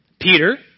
Peter